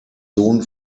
sohn